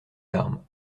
larmes